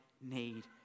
need